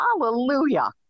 Hallelujah